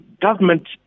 government